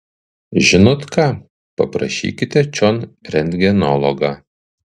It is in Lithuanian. žinot ką paprašykite čion rentgenologą